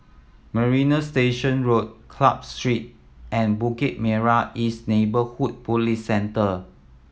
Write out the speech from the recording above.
Marina Station Road Club Street and Bukit Merah East Neighbourhood Police Centre